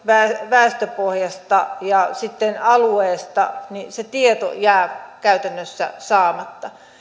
väestöpohjasta ja alueesta jää käytännössä saamatta